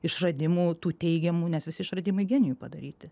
išradimų tų teigiamų nes visi išradimai genijų padaryti